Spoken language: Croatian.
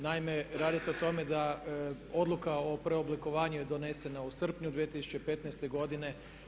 Naime, radi se o tome da odluka o preoblikovanju je donesena u srpnju 2015. godine.